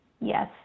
yes